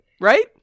right